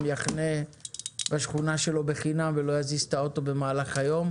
יחנה בשכונה שלו בחינם ולא יזיז את האוטו במהלך היום,